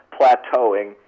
plateauing